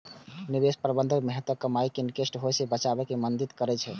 निवेश प्रबंधन मेहनतक कमाई कें नष्ट होइ सं बचबै मे मदति करै छै